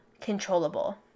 controllable